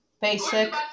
Basic